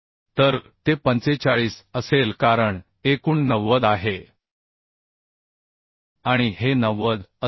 तर ते 45 असेल कारण एकूण 90 आहे आणि हे 90 असेल